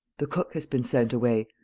the cook has been sent away.